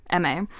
MA